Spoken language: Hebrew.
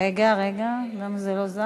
ההצעה שלא לכלול את